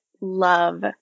love